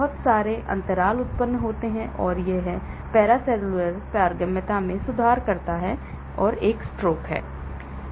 बहुत सारे अंतराल उत्पन्न होते हैं और यह पेरासेल्युलर पारगम्यता में सुधार करता है स्ट्रोक एक है